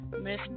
Miss